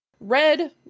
red